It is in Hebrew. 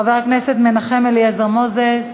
חברת הכנסת מנחם אליעזר מוזס,